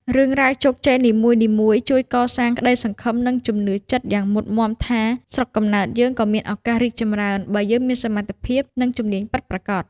រឿងរ៉ាវជោគជ័យនីមួយៗជួយកសាងក្តីសង្ឃឹម និងជំនឿចិត្តយ៉ាងមុតមាំថា «ស្រុកកំណើតយើងក៏មានឱកាសរីកចម្រើន បើយើងមានសមត្ថភាព និងជំនាញពិតប្រាកដ»។